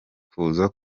kuza